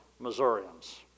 Missourians